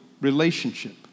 relationship